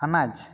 ᱟᱱᱟᱡᱽ